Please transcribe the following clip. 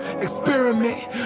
experiment